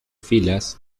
filas